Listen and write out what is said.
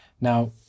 Now